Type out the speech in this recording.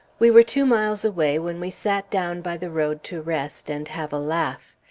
we were two miles away when we sat down by the road to rest, and have a laugh.